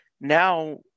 now